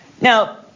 Now